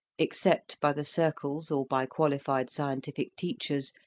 except by the circles or by qualified scientific teachers,